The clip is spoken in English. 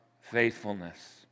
faithfulness